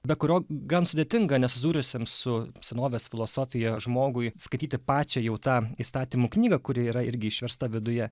be kurio gan sudėtinga nesusidūrusiam su senovės filosofija žmogui skaityti pačią jau tą įstatymų knygą kuri yra irgi išversta viduje